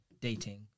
dating